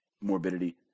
Morbidity